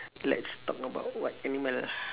let's talk about what animal ah